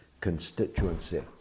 constituency